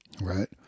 Right